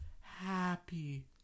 happy